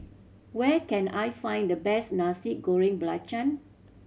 where can I find the best Nasi Goreng Belacan